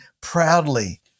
proudly